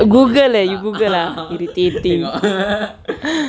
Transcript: google leh you google ah irritating